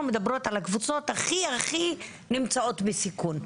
אנחנו מדברות על הקבוצות שהכי נמצאות בסיכון.